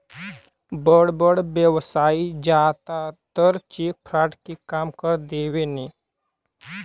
बड़ बड़ व्यवसायी जादातर चेक फ्रॉड के काम कर देवेने